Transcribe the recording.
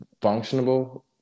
functionable